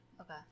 Okay